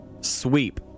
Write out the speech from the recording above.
Sweep